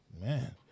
man